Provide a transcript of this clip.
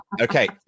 Okay